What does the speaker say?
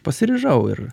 pasiryžau ir